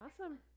Awesome